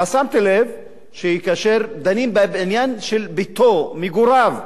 שמתי לב שכאשר דנים בעניין ביתו, מגוריו,